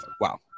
Wow